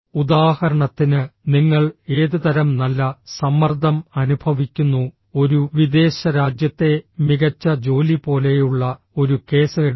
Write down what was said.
ഉദാഹരണത്തിന് നിങ്ങൾ ഏതുതരം നല്ല സമ്മർദ്ദം അനുഭവിക്കുന്നു ഒരു വിദേശരാജ്യത്തെ മികച്ച ജോലി പോലെയുള്ള ഒരു കേസ് എടുക്കുക